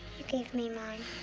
you gave me mine.